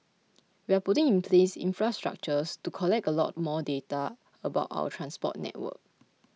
we're putting in place infrastructures to collect a lot more data about our transport network